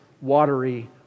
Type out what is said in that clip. watery